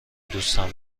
دوستم